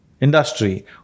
industry